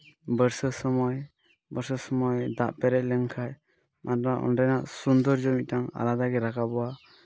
ᱵᱟᱹᱨᱥᱟᱹ ᱥᱚᱢᱚᱭ ᱵᱟᱹᱨᱥᱟᱹ ᱥᱚᱢᱚᱭ ᱫᱟᱜ ᱯᱮᱨᱮᱡᱽ ᱞᱮᱱᱠᱷᱟᱡ ᱟᱫᱚ ᱚᱸᱰᱮᱱᱟᱜ ᱥᱳᱱᱫᱳᱨᱡᱚ ᱢᱤᱫᱴᱟᱝ ᱟᱞᱟᱫᱟ ᱜᱮ ᱨᱟᱠᱟᱵᱚᱜᱼᱟ